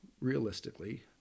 realistically